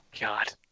God